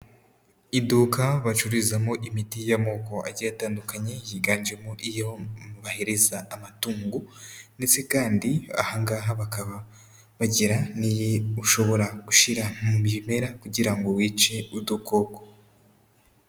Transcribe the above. Iduka bacururizamo imiti y'amoko agiye atandukanye, yiganjemo iyo bahereza amatungo ndetse kandi ahangaha bakaba bagira niyi ushobora gushira mu bimera, kugira ngo wice udukoko.